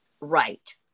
right